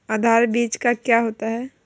आधार बीज क्या होता है?